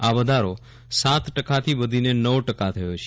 આ વધારો સાત ટકાથી વધીને નવ ટકા થયો છે